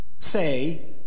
say